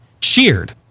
Cheered